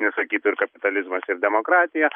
nes sakytų ir kapitalizmas ir demokratija